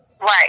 Right